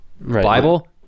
Bible